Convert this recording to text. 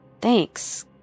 Thanks